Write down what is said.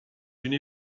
d’une